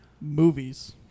Movies